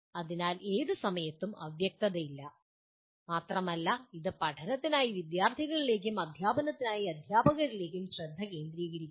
അതിനാൽ ഏത് സമയത്തും അവ്യക്തതയില്ല മാത്രമല്ല ഇത് പഠനത്തിനായി വിദ്യാർത്ഥികളിലേക്കും അദ്ധ്യാപനത്തിനായി അദ്ധ്യാപകരിലേക്കും ശ്രദ്ധ കേന്ദ്രീകരിക്കുന്നു